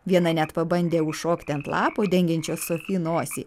viena net pabandė užšokti ant lapo dengiančio sofi nosį